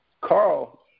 Carl